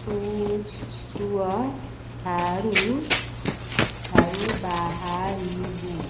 ଛୁ ଛୁଅ ଠାରୁ ଠାରୁ ବାହାରିବୁ